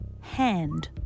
hand